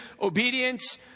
obedience